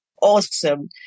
Awesome